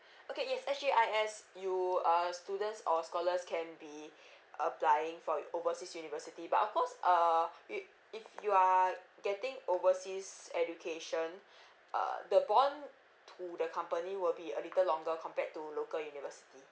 okay yes S_G_I_S you uh students or scholars can be applying for overseas university but of course uh if if you are getting overseas education uh the bond to the company will be a little longer compared to local university